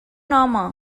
home